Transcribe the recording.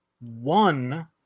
One